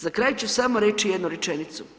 Za kraj ću samo reći jednu rečenicu.